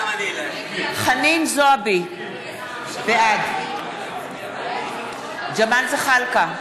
נגד חנין זועבי, בעד ג'מאל זחאלקה,